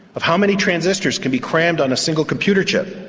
of how many transistors can be crammed on a single computer chip.